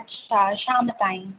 अच्छा शाम ताईं